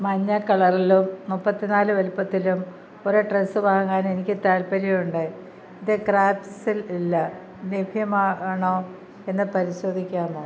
മഞ്ഞ കളറിലും മുപ്പത്തി നാല് വലുപ്പത്തിലും ഒരു ഡ്രസ്സ് വാങ്ങാനെനിക്ക് താൽപ്പര്യമുണ്ട് ഇത് ക്രാഫ്റ്റ്സിൽ ഇല്ല ലഭ്യമാണോ എന്ന് പരിശോധിക്കാമോ